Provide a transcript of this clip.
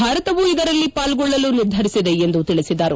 ಭಾರತವು ಇದರಲ್ಲಿ ಪಾಲ್ಗೊಳ್ಳಲು ನಿರ್ಧರಿಸಿದೆ ಎಂದು ತಿಳಿಸಿದರು